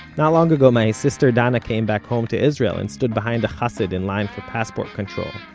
not long ago my sister danna came back home to israel and stood behind a ah chassid in line for passport control.